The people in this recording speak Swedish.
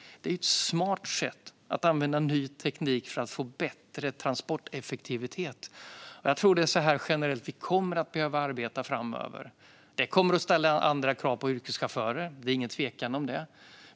Detta är ett smart sätt att använda ny teknik för att få bättre transporteffektivitet. Jag tror att det är så vi generellt kommer att behöva arbeta framöver. Det kommer att ställa andra krav på yrkeschaufförer; det är ingen tvekan om det.